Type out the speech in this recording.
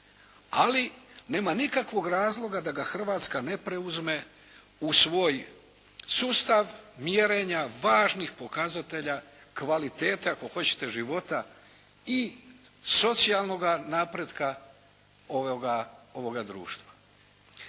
ali nema nikakvog razloga da ga Hrvatska ne preuzme u svoj sustav mjerenja važnih pokazatelja kvalitete, ako hoćete života i socijalnoga napretka ovoga društva.